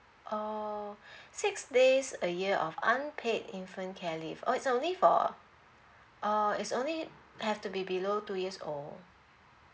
oh six days a year of unpaid infant care leave or is only for uh is only have to be below two years old